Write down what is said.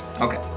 Okay